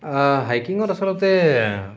হয় হাইকিঙত আচলতে